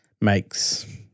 makes